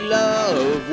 love